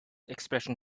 expression